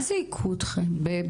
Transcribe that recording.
מה זה היכו אותכם?